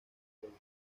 howell